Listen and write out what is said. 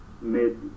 mid